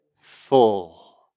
full